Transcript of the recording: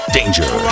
Danger